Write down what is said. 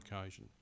occasion